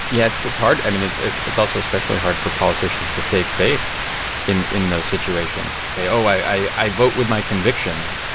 yeah, it's it's hard. i mean, it's it's also especially hard for politicians to save face in in those situations, to say, oh, i i vote with my convictions.